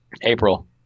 April